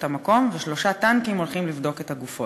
המקום ושלושה טנקים הולכים לבדוק" את הגופות,